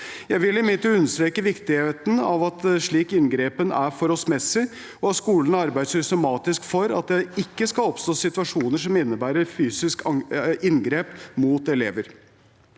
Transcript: Jeg vil imidlertid understreke viktigheten av at slik inngripen er forholdsmessig, og at skolen arbeider systematisk for at det ikke skal oppstå situasjoner som innebærer fysiske inngrep mot elever.